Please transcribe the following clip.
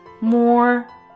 more